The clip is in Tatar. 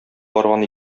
барган